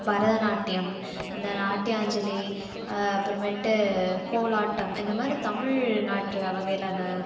பரதநாட்டியம் அந்த நாட்டியாஞ்சலி அப்புறமேட்டு கோலாட்டம் இந்த மாதிரி தமிழ்நாட்டில வகையில் அந்த